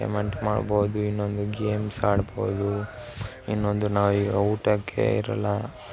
payment ಮಾಡ್ಬೌದು ಇನ್ನೊಂದು games ಆಡ್ಬೌದು ಇನ್ನೊಂದು ನಾವೀಗ ಊಟಕ್ಕೆ ಇರೋಲ್ಲ